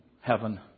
heaven